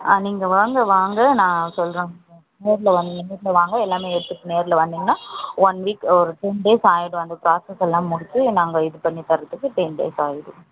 நீங்கள் வாங்க வாங்க நான் சொல்லுறேன் நேரில் வாங்க நேரில் வாங்க எல்லாமே எடுத்துகிட்டு நேரில் வந்திங்கன்னா ஒன்வீக் ஒரு டென் டேஸ் ஆயிடும் அந்த பிராசஸ் எல்லாம் முடிச்சு நாங்கள் இது பண்ணி தர்றதுக்கு டென் டேஸ் ஆயிடும்